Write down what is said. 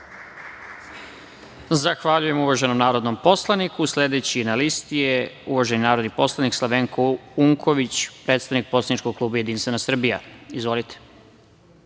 Zahvaljujem, uvaženom narodnom poslaniku, sledeći na listi je uvaženi narodni poslanik, Slavenko Unković, predsednik poslaničkog kluba Jedinstvena Srbija. Izvolite.